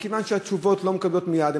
מכיוון שהתשובות מתקבלות מייד,